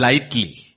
lightly